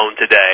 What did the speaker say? today